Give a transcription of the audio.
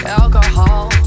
alcohol